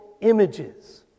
images